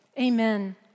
Amen